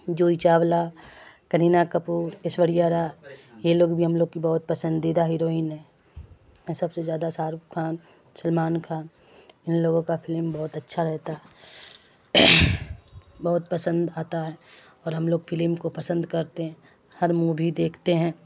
جوہی چاولہ کرینہ کپور ایشوریہ رائے یہ لوگ بھی ہم لوگ کی بہت پسندیدہ ہیروئن ہے میں سب سے زیادہ شاہ رخ خان سلمان خان ان لوگوں کا فلم بہت اچھا رہتا ہے بہت پسند آتا ہے اور ہم لوگ فلم کو پسند کرتے ہیں ہر موبھی دیکھتے ہیں